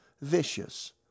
vicious